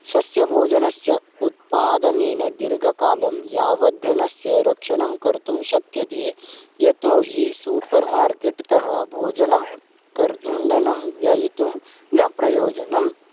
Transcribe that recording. स्वस्य भोजनस्य उत्पादनेन दीर्घकालं यावद्धनस्य रक्षणं कर्तुं शक्यते यतोहि सूपर् मार्केट्तः भोजनं कर्तुं धनं व्ययितुं न प्रयोजनम्